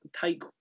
take